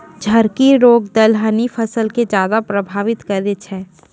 झड़की रोग दलहनी फसल के ज्यादा प्रभावित करै छै